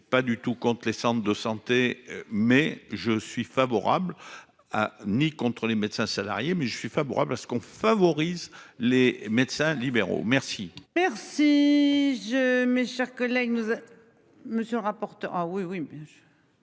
Pas du tout compte, les centres de santé mais je suis favorable à ni contre les médecins salariés mais je suis favorable à ce qu'on favorise les médecins libéraux. Merci. Merci je, mes chers collègues, nous. Monsieur rapporte. Ah oui oui bien sûr.--